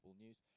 News